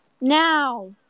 Now